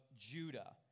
Judah